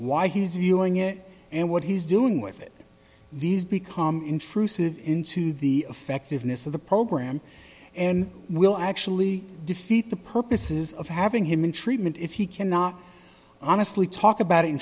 why he's viewing it and what he's doing with it these become intrusive into the effectiveness of the program and will actually defeat the purposes of having him in treatment if he cannot honestly talk about in